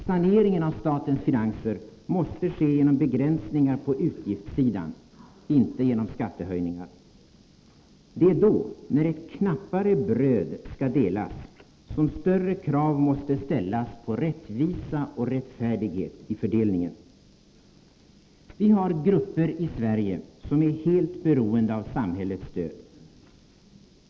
Saneringen av statens finanser måste ske genom begränsningar på utgiftssidan, inte genom skattehöjningar. Det är då, när ett knappare bröd skall delas, som större krav måste ställas på rättvisa och rättfärdighet i fördelningen. Vi har grupper i Sverige som är helt beroende av samhällets stöd.